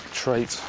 trait